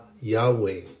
Yahweh